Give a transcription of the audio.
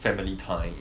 family time